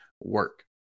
work